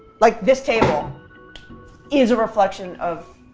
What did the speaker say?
like this table is a reflection of,